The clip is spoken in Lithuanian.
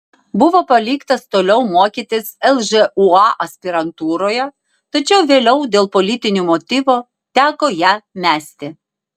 buvo paliktas toliau mokytis lžūa aspirantūroje tačiau vėliau dėl politinių motyvų teko ją mesti